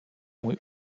mój